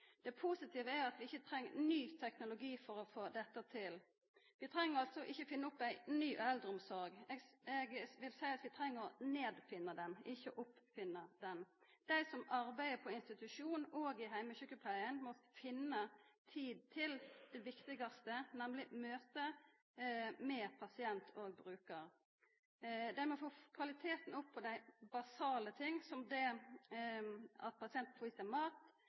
Det positive er at vi ikkje treng ny teknologi for å få dette til. Vi treng ikkje finna opp ei ny eldreomsorg. Eg vil seia at vi treng å nedfinna henne, ikkje oppfinna henne. Dei som arbeider på institusjon og i heimesjukepleia, må finna tid til det viktigaste, nemleg møtet med pasient og brukar. Vi må få opp kvaliteten på dei basale tinga, som det at pasienten får i seg mat,